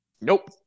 Nope